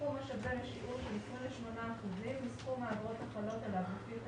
סכום השווה לשיעור של 28 אחוזים מסכום האגרות החלות עליו לפי חלק